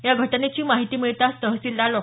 या घटनेची माहिती मिळताच तहसीलदार डॉ